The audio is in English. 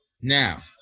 now